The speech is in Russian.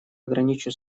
ограничу